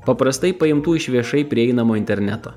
paprastai paimtų iš viešai prieinamo interneto